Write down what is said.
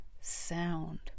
sound